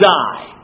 die